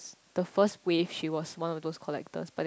the first wave she was one of those collectors but then